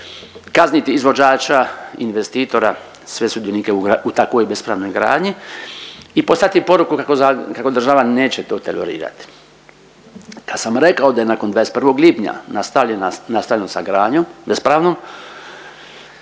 kazniti izvođača, investitora, sve sudionike u takvoj bespravnoj gradnji i poslati poruku kako država neće to tolerirati. Kada sam rekao da je nakon 21. lipnja nastavljena, nastavljeno sa gradnjom bespravnom,